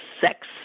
sex